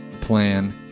plan